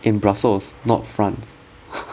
in brussels not france